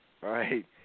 right